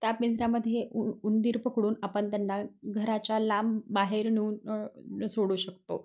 त्या पिंजऱ्यामध्ये हे उ उंदीर पकडून आपण त्यांना घराच्या लांब बाहेर नेऊन सोडू शकतो